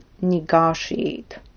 negotiate